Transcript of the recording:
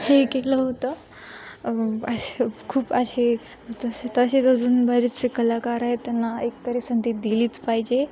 हे केलं होतं असे खूप असे तसे तसेच अजून बरेचसे कलाकार आहेत त्यांना एकतरी संधी दिलीच पाहिजे